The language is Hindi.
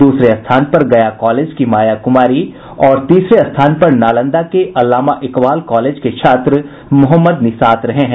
दूसरे स्थान पर गया कॉलेज की माया कुमारी और तीसरे स्थान पर नालंदा के अल्लामा इकबाल कॉलेज के छात्र मोहम्मद निसात रहे हैं